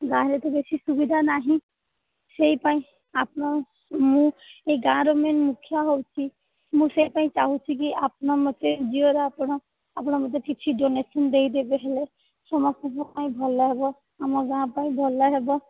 ଗାଁରେ ତ ବେଶୀ ସୁବିଧା ନାହିଁ ସେଥିପାଇଁ ଆପଣ ମୁଁ ଏଇ ଗାଁରେ ମେନ୍ ମୁଖିଆ ହେଉଛି ମୁଁ ସେହିପାଇଁ ଚାହୁଁଛି ଯେ ଆପଣ ମୋତେ ଏନ୍ ଜି ଓ ଆପଣ ଆପଣ ମୋତେ କିଛି ଡୋନେସନ୍ ଦେଇ ଦେବେ ହେଲେ ସମସ୍ତଙ୍କ ପାଇଁ ଭଲ ହେବ ଆମ ଗାଁ ପାଇଁ ଭଲ ହେବ